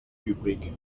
übrig